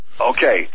Okay